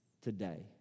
today